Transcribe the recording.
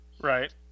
right